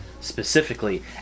specifically